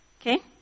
Okay